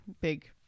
Big